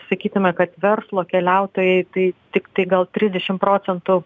sakytume kad verslo keliautojai tai tiktai gal trisdešim procentų